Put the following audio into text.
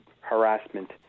harassment